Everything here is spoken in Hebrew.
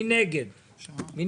רוויזיה.